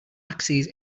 axis